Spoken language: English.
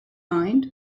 mind